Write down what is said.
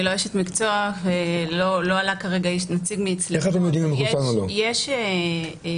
אני לא אשת מקצוע ולא עלה כרגע נציג אבל יש מסמך